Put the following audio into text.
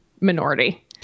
minority